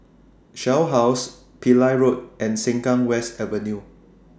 Shell House Pillai Road and Sengkang West Avenue